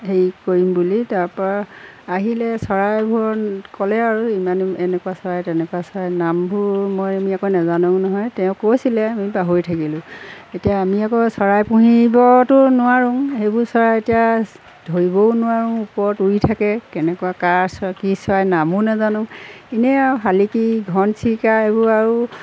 হেৰি কৰিম বুলি তাৰপৰা আহিলে চৰাইবোৰ ক'লে আৰু ইমান এনেকুৱা চৰাই তেনেকুৱা চৰাই নামবোৰ মই আমি আকৌ নেজানোও নহয় তেওঁ কৈছিলে আমি পাহৰি থাকিলোঁ এতিয়া আমি আকৌ চৰাই পুহিবতো নোৱাৰোঁ সেইবোৰ চৰাই এতিয়া ধৰিবও নোৱাৰোঁ ওপৰত উৰি থাকে কেনেকুৱা কাৰ চৰাই কি চৰাই নামো নাজানো এনেই আৰু শালিকি ঘন চিৰিকা এইবোৰ আৰু